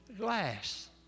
Glass